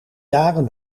jaren